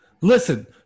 Listen